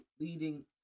leading